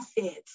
assets